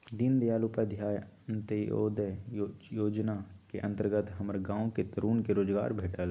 दीनदयाल उपाध्याय अंत्योदय जोजना के अंतर्गत हमर गांव के तरुन के रोजगार भेटल